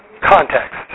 context